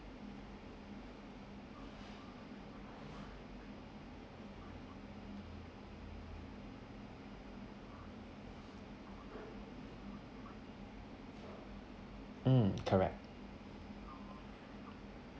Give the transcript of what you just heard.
mm correct